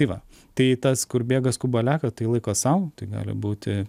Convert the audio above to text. tai va tai tas kur bėga skuba lekia tai laiko sau tai gali būti